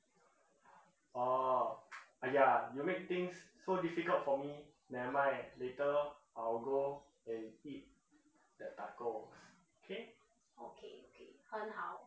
哦 !aiya! you make things so difficult for me never mind later lor I'll go and eat that taco okay